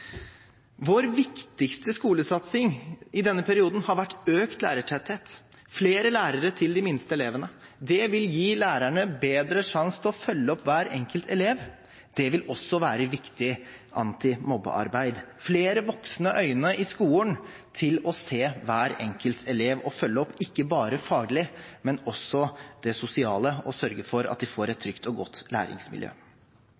Vår viktigste skolesatsing i denne perioden har vært økt lærertetthet – flere lærere til de minste elevene. Det vil gi lærerne bedre sjanse til å følge opp hver enkelt elev. Det vil også være viktig antimobbearbeid, med flere voksne øyne i skolen til å se hver enkelt elev og følge dem opp – ikke bare faglig, men også sosialt – og sørge for at de får et